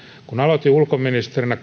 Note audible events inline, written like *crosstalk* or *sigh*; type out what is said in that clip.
kun aloitin ulkoministerinä *unintelligible*